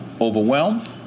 overwhelmed